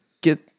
get